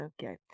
okay